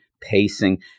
pacing